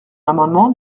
l’amendement